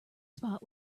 spot